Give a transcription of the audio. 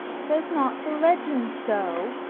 says not the legend so?